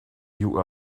you